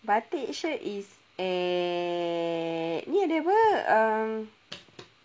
batik shirt eh near the apa uh